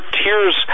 tears